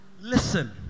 Listen